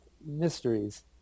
mysteries